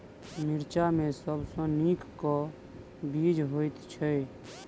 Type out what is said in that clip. मिर्चा मे सबसँ नीक केँ बीज होइत छै?